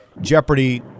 jeopardy